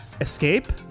Escape